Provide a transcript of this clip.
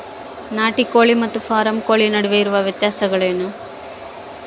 ನಾಟಿ ಕೋಳಿ ಮತ್ತು ಫಾರಂ ಕೋಳಿ ನಡುವೆ ಇರುವ ವ್ಯತ್ಯಾಸಗಳೇನು?